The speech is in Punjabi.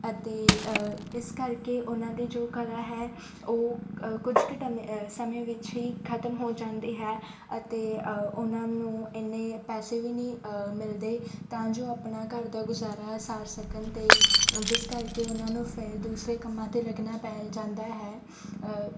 ਅਤੇ ਇਸ ਕਰਕੇ ਉਹਨਾਂ ਦੀ ਜੋ ਕਲਾ ਹੈ ਉਹ ਕੁਝ ਕੁ ਟਮੇ ਸਮੇਂ ਵਿੱਚ ਹੀ ਖਤਮ ਹੋ ਜਾਂਦੀ ਹੈ ਅਤੇ ਉਹਨਾਂ ਨੂੰ ਇੰਨੇ ਪੈਸੇ ਵੀ ਨਹੀਂ ਮਿਲਦੇ ਤਾਂ ਜੋ ਆਪਣਾ ਘਰ ਦਾ ਗੁਜ਼ਾਰਾ ਸਾਰ ਸਕਣ ਅਤੇ ਜਿਸ ਕਰਕੇ ਉਹਨਾਂ ਨੂੰ ਫਿਰ ਦੂਸਰੇ ਕੰਮਾਂ 'ਤੇ ਲੱਗਣਾ ਪੈ ਜਾਂਦਾ ਹੈ